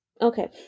Okay